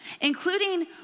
including